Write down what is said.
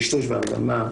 טשטוש והרדמה,